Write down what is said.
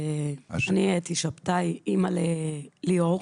אני אמא לליאור,